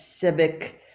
civic